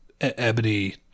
Ebony